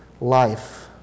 life